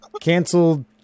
canceled